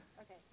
Okay